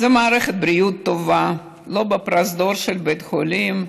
מערכת בריאות טובה, לא בפרוזדור של בית חולים,